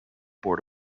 board